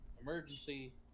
emergency